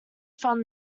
from